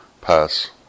pass